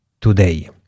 today